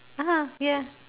(uh huh) ya